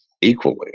equally